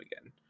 again